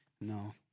No